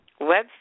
website